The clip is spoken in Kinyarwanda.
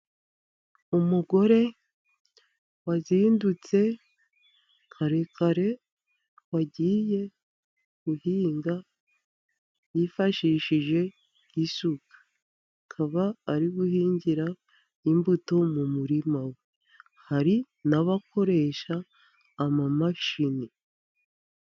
Umugore wazindutse karekare, wagiye guhinga yifashishije isuka. Akaba ari guhingira imbuto mu murima we. Hari n'abakoresha amamashini.